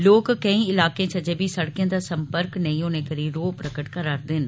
लोक केई इलाके च अजें बी सड़कें दा सम्पर्क नेईं होने करी रौह प्रकट करा'रदे न